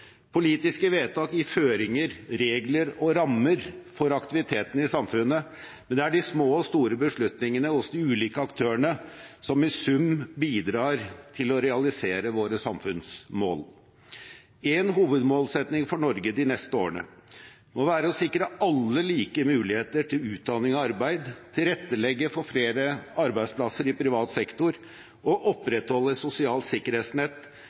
Politiske vedtak gir føringer, regler og rammer for aktiviteten i samfunnet, men det er de små og store beslutningene hos de ulike aktørene som i sum bidrar til å realisere våre samfunnsmål. En hovedmålsetting for Norge de neste årene må være å sikre alle like muligheter til utdanning og arbeid, tilrettelegge for flere arbeidsplasser i privat sektor og opprettholde et sosialt sikkerhetsnett